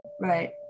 Right